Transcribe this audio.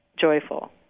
joyful